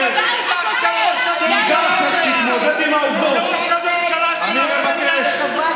בושה, בן אדם נהרג או נרצח במדינה, לא חשוב.